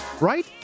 right